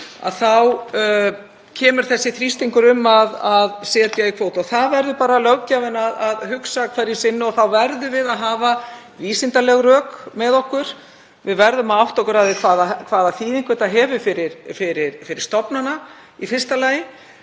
þá kemur þessi þrýstingur um að setja á kvóta. Það verður löggjafinn að hugsa um hverju sinni og þá verðum við að hafa vísindaleg rök með okkur. Við verðum að átta okkur á því að hvaða þýðingu þetta hefur fyrir í fyrsta lagi